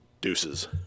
Deuces